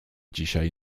dzisiaj